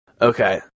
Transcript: Okay